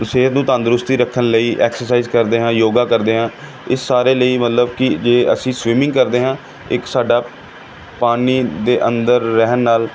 ਸਿਹਤ ਨੂੰ ਤੰਦਰੁਸਤੀ ਰੱਖਣ ਲਈ ਐਕਸਰਸਾਈਜ ਕਰਦੇ ਹਾਂ ਯੋਗਾ ਕਰਦੇ ਹਾਂ ਇਸ ਸਾਰੇ ਲਈ ਮਤਲਬ ਕਿ ਜੇ ਅਸੀਂ ਸਵੀਮਿੰਗ ਕਰਦੇ ਹਾਂ ਇੱਕ ਸਾਡਾ ਪਾਣੀ ਦੇ ਅੰਦਰ ਰਹਿਣ ਨਾਲ